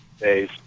Days